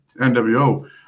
NWO